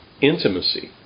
intimacy